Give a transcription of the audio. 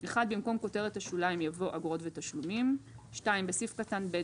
(1) במקום כותרת השוליים יבוא "אגרות ותשלומים"; (2) בסעיף קטן (ב),